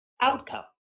outcome